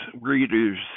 readers